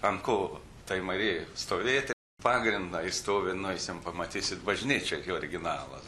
ant kulbų tai marijai stovėti pagrindą ji stovi nueisim pamatysit bažnyčioj gi originalas